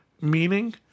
meaning